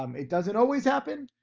um it doesn't always happen,